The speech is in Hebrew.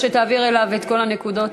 ברגע שתעביר אליו את כל הנקודות,